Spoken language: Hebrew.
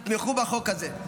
תתמכו בחוק הזה.